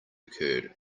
occurred